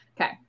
Okay